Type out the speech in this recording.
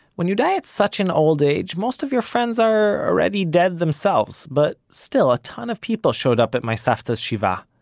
when you die at such an old age, most of your friends are, already dead themselves, but still a ton of people showed up at my savta's shiva.